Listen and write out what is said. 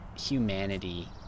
humanity